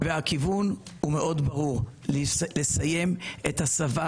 הכיוון הוא מאוד ברור: לסיים את הסבת